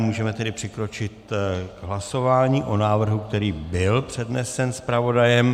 Můžeme tedy přikročit k hlasování o návrhu, který byl přednesen zpravodajem.